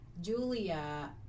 Julia